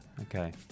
Okay